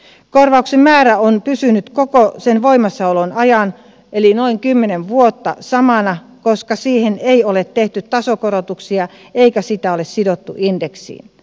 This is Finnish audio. korvauksen määrä on pysynyt koko sen voimassaolon ajan eli noin kymmenen vuotta samana koska siihen ei ole tehty tasokorotuksia eikä sitä ole sidottu indeksiin